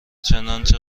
چنانچه